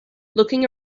looking